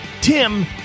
Tim